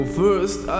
first